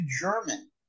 German